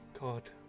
God